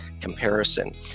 comparison